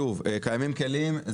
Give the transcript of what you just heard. קיימים כלים,